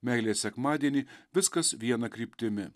meilės sekmadienį viskas viena kryptimi